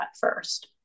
first